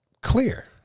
Clear